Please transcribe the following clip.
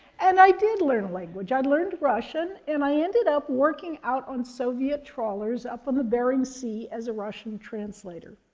and i did learn a language. i'd learned russian, and i ended up working out on soviet trawlers, up on the bering sea, as a russian translator.